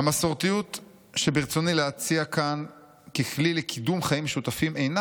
"המסורתיות שברצוני להציע כאן ככלי לקידום חיים משותפים אינה